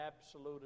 absolute